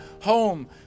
home